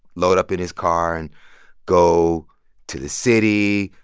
load up in his car and go to the city,